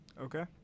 Okay